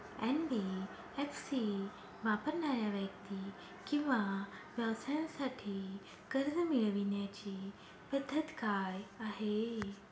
NBFC वापरणाऱ्या व्यक्ती किंवा व्यवसायांसाठी कर्ज मिळविण्याची पद्धत काय आहे?